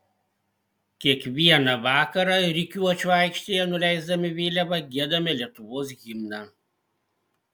kiekvieną vakarą rikiuočių aikštėje nuleisdami vėliavą giedame lietuvos himną